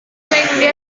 biasa